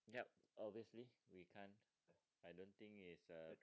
obviously we can't I don't think it's a